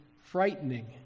frightening